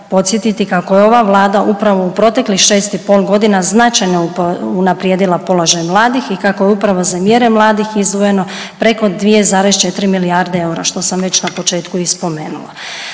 podsjetiti kako je ova Vlada upravo u proteklih 6 i pol godina značajno unaprijedila položaj mladih i kako je upravo za mjere mladih izdvojeno preko 2,4 milijarde eura što sam već na početku i spomenula,